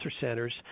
centers